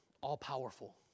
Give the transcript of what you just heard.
All-powerful